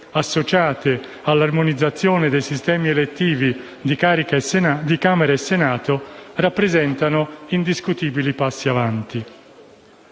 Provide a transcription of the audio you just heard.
associate all'armonizzazione dei sistemi elettivi di Camera e Senato, rappresentano indiscutibili passi in avanti.